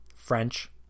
French